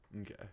Okay